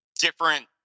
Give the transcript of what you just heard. different